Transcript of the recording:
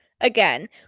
Again